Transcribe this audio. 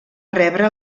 rebre